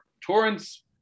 torrents